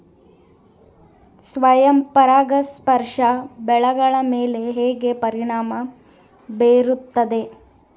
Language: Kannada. ಸ್ವಯಂ ಪರಾಗಸ್ಪರ್ಶ ಬೆಳೆಗಳ ಮೇಲೆ ಹೇಗೆ ಪರಿಣಾಮ ಬೇರುತ್ತದೆ?